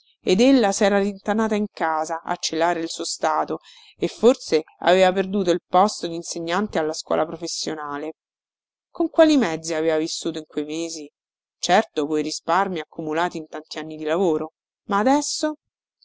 ed ella sera rintanata in casa a celare il suo stato e forse aveva perduto il posto dinsegnante alla scuola professionale con quali mezzi aveva vissuto in quei mesi certo coi risparmii accumulati in tanti anni di lavoro ma adesso